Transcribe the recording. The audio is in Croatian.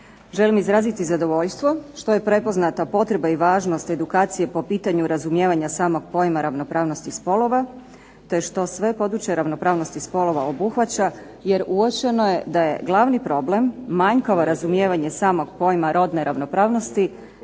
Želim izraziti zadovoljstvo što je prepoznata potreba i važnost edukacije po pitanju razumijevanja samog pojma ravnopravnosti spolova, te što sve područje ravnosti spolova obuhvaća. Jer uočeno je da je glavni problem manjkavo razumijevanje samog pojma rodne ravnopravnosti